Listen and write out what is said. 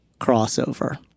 crossover